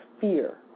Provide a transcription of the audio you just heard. fear